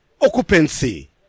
occupancy